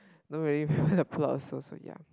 don't really remember the plots also ya